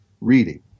reading